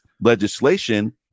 legislation